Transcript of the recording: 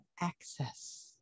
access